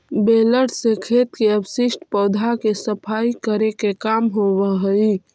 baler से खेत के अवशिष्ट पौधा के सफाई करे के काम होवऽ हई